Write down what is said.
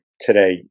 today